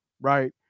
right